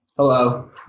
Hello